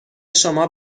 شما